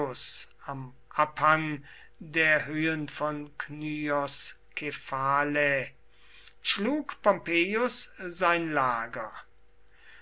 am abhang der höhen von kynoskephalä schlug pompeius sein lager